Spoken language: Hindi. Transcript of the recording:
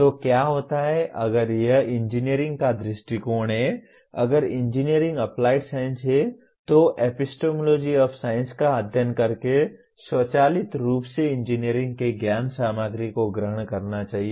तो क्या होता है अगर यह इंजीनियरिंग का दृष्टिकोण है अगर इंजीनियरिंग एप्लाइड साइंस है तो एपिस्टेमोलॉजी ऑफ़ साइंस का अध्ययन करके स्वचालित रूप से इंजीनियरिंग के ज्ञान सामग्री को ग्रहण करना चाहिए